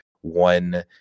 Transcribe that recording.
one